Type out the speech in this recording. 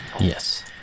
Yes